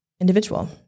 individual